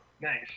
Nice